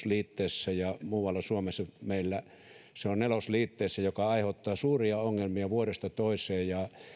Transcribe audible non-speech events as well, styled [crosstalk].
[unintelligible] liitteessä ja muualla meillä suomessa se on neljännessä liitteessä mikä aiheuttaa suuria ongelmia vuodesta toiseen ja